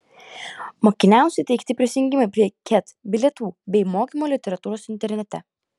mokiniams suteikti prisijungimai prie ket bilietų bei mokymo literatūros internete